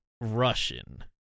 Russian